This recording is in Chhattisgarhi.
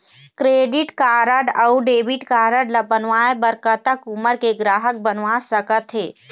क्रेडिट कारड अऊ डेबिट कारड ला बनवाए बर कतक उमर के ग्राहक बनवा सका थे?